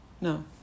no